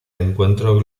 encuentro